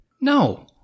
no